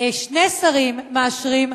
שני שרים מאשרים.